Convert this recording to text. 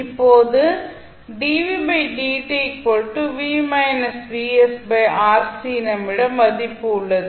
இப்போது நம்மிடம் மதிப்பு உள்ளது